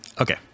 okay